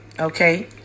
okay